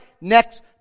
next